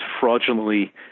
fraudulently